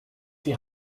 die